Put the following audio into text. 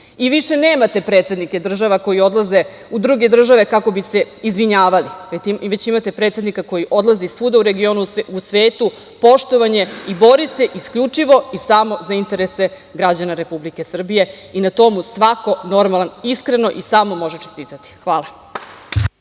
nemate predsednike država koji odlaze u druge države kako bi se izvinjavali, već imate predsednika koji odlazi svuda u regionu u svetu, poštovanje i bori se isključivo i samo za interese građana Republike Srbije i na to mu svako normalan iskreno i samo može čestitati. Hvala.